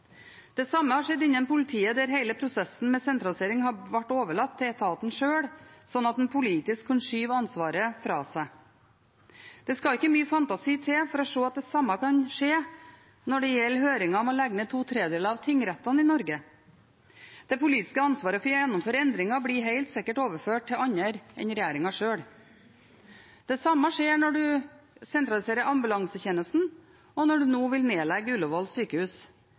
Det samme har skjedd innen politiet, der hele prosessen med sentralisering er blitt overlatt til etaten sjøl, slik at en politisk kan skyve ansvaret fra seg. Det skal ikke mye fantasi til for å se at det samme kan skje når det gjelder høringen om å legge ned to tredeler av tingrettene i Norge. Det politiske ansvaret for å gjennomføre endringer blir helt sikkert overført til andre enn regjeringen sjøl. Det samme skjer når en sentraliserer ambulansetjenesten, og når en nå vil legge ned Ullevål sykehus.